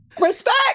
respect